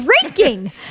drinking